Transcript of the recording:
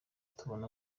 tubone